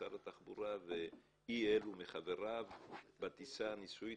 שר התחבורה ואי אלו מחבריו בטיסה הניסויית,